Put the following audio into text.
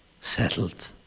settled